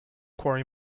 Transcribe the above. quarry